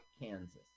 Kansas